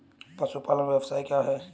पशुपालन व्यवसाय क्या है?